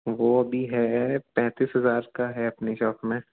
वह अबी है पैंतीस हज़ार का है अपनी शॉप में